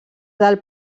del